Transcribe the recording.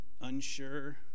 unsure